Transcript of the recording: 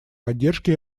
поддержки